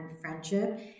friendship